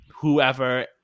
whoever